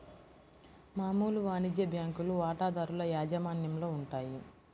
మామూలు వాణిజ్య బ్యాంకులు వాటాదారుల యాజమాన్యంలో ఉంటాయి